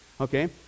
okay